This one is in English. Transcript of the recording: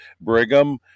brigham